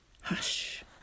Hush